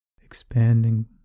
expanding